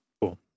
Cool